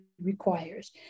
requires